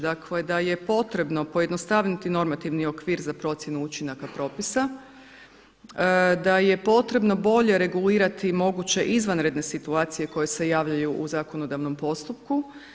Dakle da je potrebno pojednostaviti normativni okvir za procjenu učinaka propisa, da je potrebno bolje regulirati moguće izvanredne situacije koje se javljaju u zakonodavnom postupku.